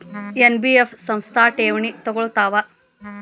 NBF ಸಂಸ್ಥಾ ಠೇವಣಿ ತಗೋಳ್ತಾವಾ?